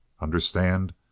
Understand